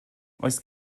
oes